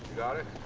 got it?